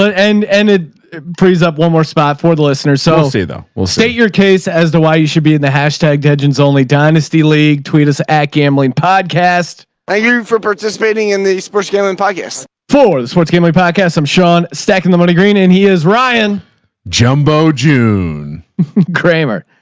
and, and it frees up one more spot for the listener. so see though, we'll state your case as the why you should be in the hashtag engines, only dynasty league tweet us at gambling podcast ah you for participating in the sports gambling podcast four sports gambling podcast i'm sean stacking the money green and he is ryan jumbo. june kramer,